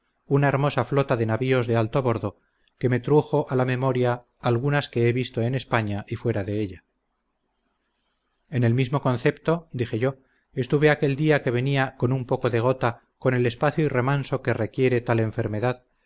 una hermosa flota de navíos de alto bordo que me trujo a la memoria algunas que he visto en españa y fuera de ella en el mismo concepto dije yo estuve aquel día que venía con un poco de gota con el espacio y remanso que requiere tal enfermedad